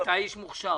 אתה איש מוכשר.